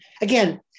Again